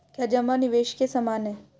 क्या जमा निवेश के समान है?